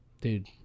Dude